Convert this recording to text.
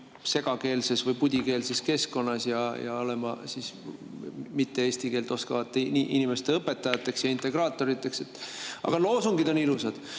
segakeelses või pudikeelses keskkonnas ja olema eesti keelt mitteoskavate inimeste õpetajateks ja integraatoriteks, aga loosungid on ilusad!